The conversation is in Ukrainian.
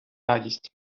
радість